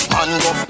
Mango